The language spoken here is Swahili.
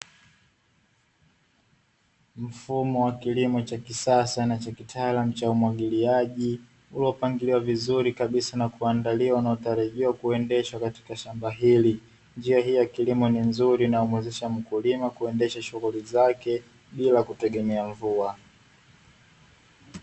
Mfumo wa kilimo cha kisasa na cha kitaalamu, cha umwagiliaji, uliopangiliwa vizuri kabisa na kuandaliwa, unaotarajiwa kuendeshwa katika shamba hili, njia hii ya kilimo ni nzuri inayomwezesha mkulima kuendesha shughuli zake, bila kutegemea mvua.